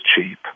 cheap